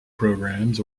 programs